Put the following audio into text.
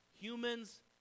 Humans